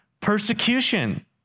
persecution